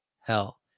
hell